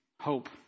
hope